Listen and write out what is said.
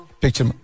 picture